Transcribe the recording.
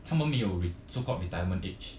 他们没有 re~ so called retirement age